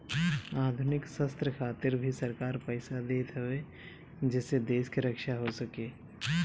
आधुनिक शस्त्र खातिर भी सरकार पईसा देत हवे जेसे देश के रक्षा हो सके